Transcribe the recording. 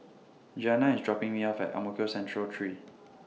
Giana IS dropping Me off At Ang Mo Kio Central three